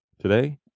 Today